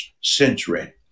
century